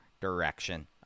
direction